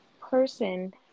person